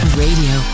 radio